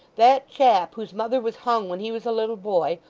that chap, whose mother was hung when he was a little boy,